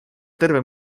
terve